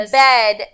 bed